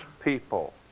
people